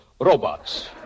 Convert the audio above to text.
robots